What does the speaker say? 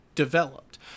developed